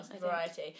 Variety